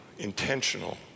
intentional